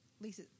Lisa